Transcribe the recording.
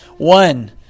One